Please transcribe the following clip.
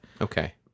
okay